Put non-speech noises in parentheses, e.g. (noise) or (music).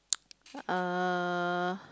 (noise) uh